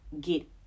get